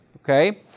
Okay